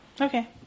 Okay